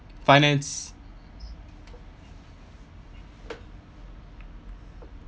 finance